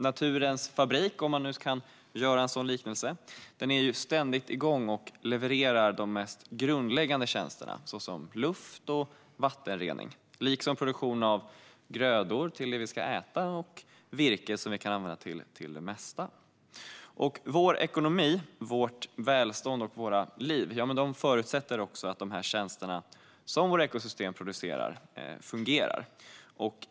Naturens fabrik - om man kan göra en sådan liknelse - är ständigt igång och levererar de mest grundläggande tjänsterna såsom luft och vattenrening, liksom produktion av grödor till det vi ska äta och virke som vi kan använda till det mesta. Vår ekonomi, vårt välstånd och våra liv förutsätter också att tjänsterna som våra ekosystem producerar fungerar.